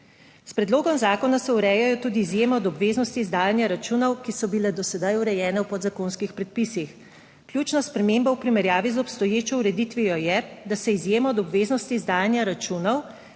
S predlogom zakona se urejajo tudi izjeme od obveznosti izdajanja računov, ki so bile do sedaj urejene v podzakonskih predpisih. Ključna sprememba v primerjavi z obstoječo ureditvijo je, da se izjema od obveznosti izdajanja računov